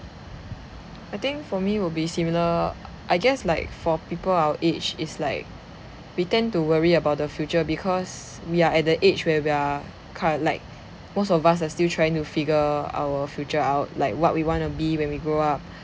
I think for me will be similar I guess like for people our age is like we tend to worry about the future because we are at that age where we are curr~ like most of us are still trying to figure our future out like what we wanna be when we grow up